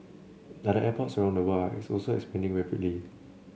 other airports around the world are also expanding rapidly